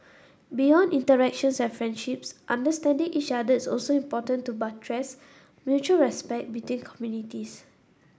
beyond interactions and friendships understanding each other is also important to buttress mutual respect between communities